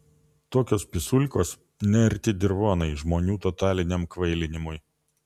tokios pisulkos nearti dirvonai žmonių totaliniam kvailinimui